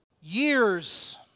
years